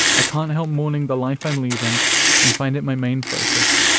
i can't help mourning the life i'm leaving and find it my main focus.